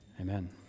Amen